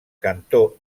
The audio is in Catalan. cantó